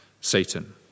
Satan